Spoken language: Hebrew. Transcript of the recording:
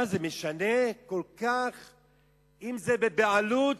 מה זה משנה כל כך אם זה בבעלות